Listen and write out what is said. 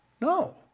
No